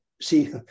see